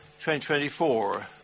2024